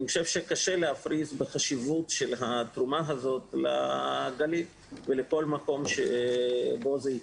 קשה להפריז בחשיבות של התרומה הזו לגליל ולכל מקום בו זה יקרה.